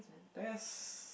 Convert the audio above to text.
that's